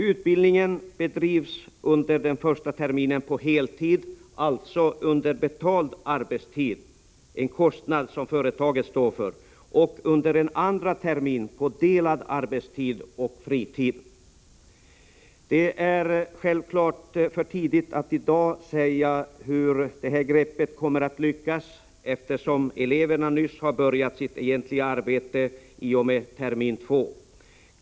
Utbildningen bedrivs under den första terminen på heltid, alltså under betald arbetstid — en kostnad som företaget står för — och under en andra termin på delad arbetstid och fritid. Det är självfallet i dag för tidigt att säga hur det här greppet kommer att lyckas, eftersom eleverna först helt nyligen, i och med termin 2, har börjat sitt egentliga arbete.